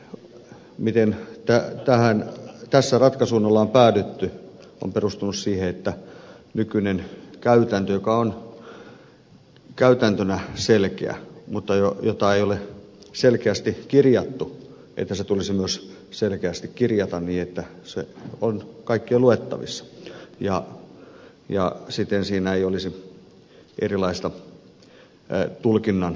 se miten tässä ratkaisuun on päädytty on perustunut siihen että nykyinen käytäntö joka on käytäntönä selkeä mutta jota ei ole selkeästi kirjattu tulisi myös selkeästi kirjata niin että se on kaikkien luettavissa ja siten siinä ei olisi erilaista tulkinnan mahdollisuutta